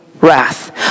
wrath